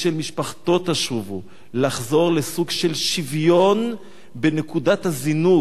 אל משפחתו תשֻבו" לחזור לסוג של שוויון בנקודת הזינוק.